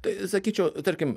tai sakyčiau tarkim